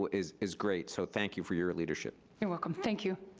ah is is great. so, thank you for your leadership. you're welcome, thank you.